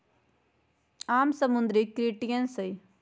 आम समुद्री क्रस्टेशियंस हई